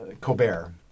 Colbert